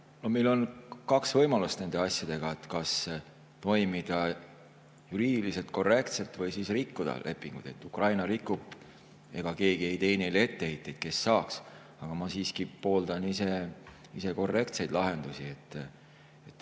Meil on kaks võimalust nende asjadega: kas toimida juriidiliselt korrektselt või rikkuda lepingut. Ukraina rikub ja ega keegi ei tee neile etteheiteid, kes saaks. Aga ma siiski pooldan ise korrektseid lahendusi. Meil